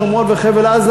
שומרון וחבל-עזה.